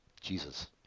jesus